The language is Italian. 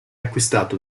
acquistato